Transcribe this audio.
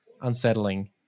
unsettling